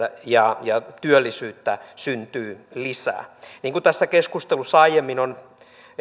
ja ja työllisyyttä syntyy lisää niin kuin tässä keskustelussa aiemmin on